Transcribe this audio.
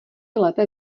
lépe